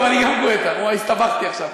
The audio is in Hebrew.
טוב, גם אני גואטה, הסתבכתי עכשיו.